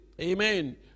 Amen